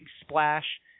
splash